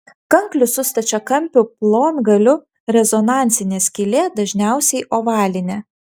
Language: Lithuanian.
kanklių su stačiakampiu plongaliu rezonansinė skylė dažniausiai ovalinė